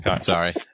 Sorry